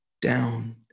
down